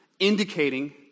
indicating